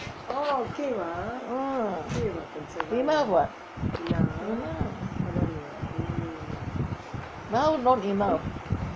ah enough [what] now not enough